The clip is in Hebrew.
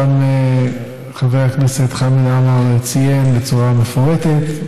וחבר הכנסת חמד עמאר ציין אותם בצורה מפורטת.